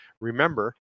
Remember